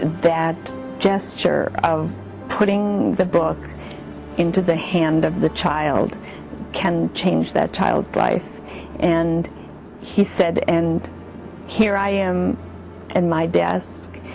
and that gesture of putting the book into the hand of the child can change that child's life and he said and here i am in my desk,